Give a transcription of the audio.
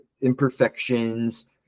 imperfections